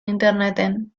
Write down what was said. interneten